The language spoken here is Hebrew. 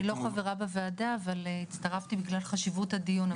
אני לא חברה בוועדה אבל הצטרפתי בגלל חשיבות הדיון,